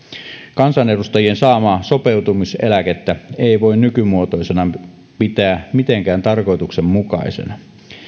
kansanedustajien saamaa sopeutumiseläkettä ei voi nykymuotoisena pitää mitenkään tarkoituksenmukaisena